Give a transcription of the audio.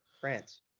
France